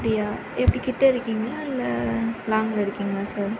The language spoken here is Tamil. அப்படியா எப்படி கிட்ட இருக்கீங்ளா இல்லை லாங்கில் இருக்கீங்ளா சார்